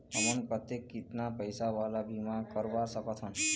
हमन कतेक कितना पैसा वाला बीमा करवा सकथन?